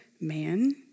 man